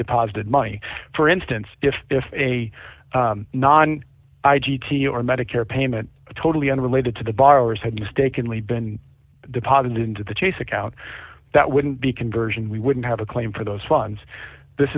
deposited money for instance if a non i g b t or medicare payment totally unrelated to the borrowers had mistakenly been deposited into the chase account that wouldn't be conversion we wouldn't have a claim for those funds this